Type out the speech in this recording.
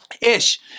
ish